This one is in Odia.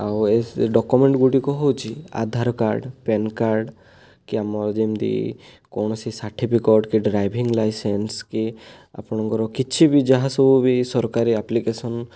ଆଉ ଏଇ ଡକ୍ୟୁମେଣ୍ଟ ଗୁଡ଼ିକ ହେଉଛି ଆଧାର କାର୍ଡ଼ ପ୍ୟାନ କାର୍ଡ଼ କି ଆମର ଯେମିତି କୌଣସି ସାର୍ଟିଫିକେଟ କି ଡ୍ରାଇଭିଂ ଲାଇସେନ୍ସ କି ଆପଣଙ୍କର କିଛିବି ଯାହା ସବୁ ବି ସରକାରୀ ଆପ୍ଲିକେସନ